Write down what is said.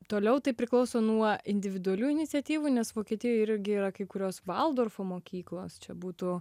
toliau tai priklauso nuo individualių iniciatyvų nes vokietijoj irgi yra kai kurios valdorfo mokyklos čia būtų